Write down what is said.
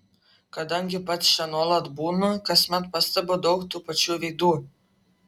kadangi pats čia nuolat būnu kasmet pastebiu daug tų pačių veidų